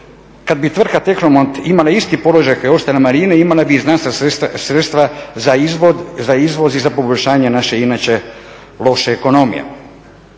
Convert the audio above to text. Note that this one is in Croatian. kad bi tvrtka Technomont imala isti položaj … imala bi … sredstva za izvoz i za poboljšanje naše inače loše ekonomije.